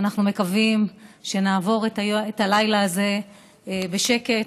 ואנחנו מקווים שנעבור את הלילה הזה בשקט,